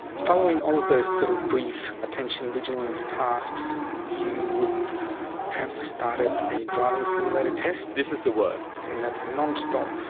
following all of those sort of brief attention vigilance tasks, you would have started a driving simulator test. this is the worst. and that's a non-stop,